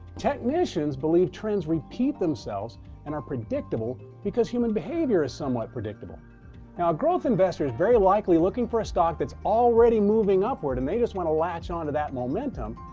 technicians believe trends repeat themselves and are predictable because human behavior is somewhat predictable. now, a growth investor is very likely looking for a stock that's already moving upward, and they just want to latch onto that momentum.